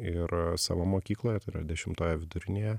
ir savo mokykloje tai yra dešimtojoje vidurinėje